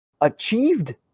achieved